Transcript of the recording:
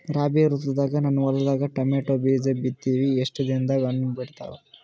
ರಾಬಿ ಋತುನಾಗ ನನ್ನ ಹೊಲದಾಗ ಟೊಮೇಟೊ ಬೀಜ ಬಿತ್ತಿವಿ, ಎಷ್ಟು ದಿನದಾಗ ಹಣ್ಣ ಬಿಡ್ತಾವ?